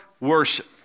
worship